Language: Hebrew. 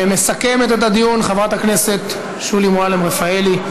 מסכמת את הדיון חברת הכנסת שולי מועלם-רפאלי,